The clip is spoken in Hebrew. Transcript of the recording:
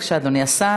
בבקשה, אדוני השר.